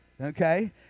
okay